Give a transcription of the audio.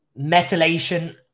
methylation